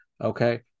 Okay